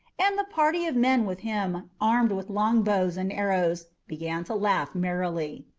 and the party of men with him, armed with long bows and arrows, began to laugh merrily.